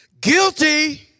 Guilty